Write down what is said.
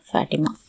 Fatima